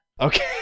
Okay